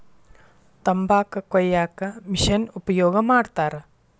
ತಂಬಾಕ ಕೊಯ್ಯಾಕು ಮಿಶೆನ್ ಉಪಯೋಗ ಮಾಡತಾರ